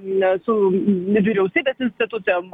ne su ne vyriausybės institucijom